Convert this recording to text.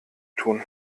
tun